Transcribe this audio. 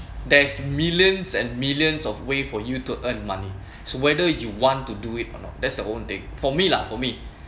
there's millions and millions of way for you to earn money so whether you want to do it or not that's the only thing for me lah for me